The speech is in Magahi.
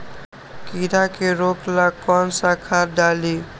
कीड़ा के रोक ला कौन सा खाद्य डाली?